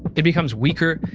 it becomes weaker,